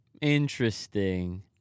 interesting